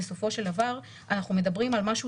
בסופו של דבר אנחנו מדברים על משהו